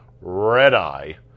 red-eye